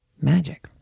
magic